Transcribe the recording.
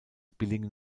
billigen